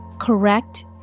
correct